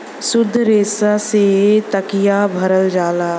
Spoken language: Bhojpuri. सुद्ध रेसा से तकिया भरल जाला